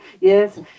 Yes